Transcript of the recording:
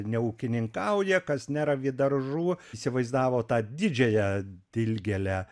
neūkininkauja kas neravi daržų įsivaizdavo tą didžiąją dilgėlę